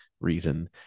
reason